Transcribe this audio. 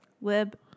Web